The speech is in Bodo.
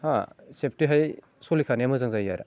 हा सेफ्टिहै सलिखानाया मोजां जायो आरो